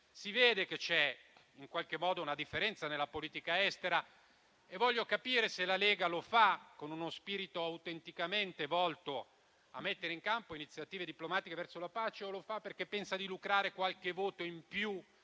si vede che c'è in qualche modo una differenza nella politica estera e voglio capire se la Lega lo fa con uno spirito autenticamente volto a mettere in campo iniziative diplomatiche verso la pace, o lo fa perché pensa di lucrare qualche voto in più